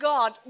God